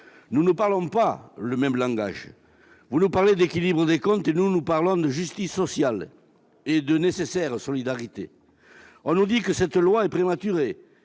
nous parlons pas le même langage. Vous nous parlez d'équilibre des comptes ; nous parlons de justice sociale et de nécessaire solidarité. On nous dit que cette proposition de loi est prématurée.